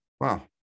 Wow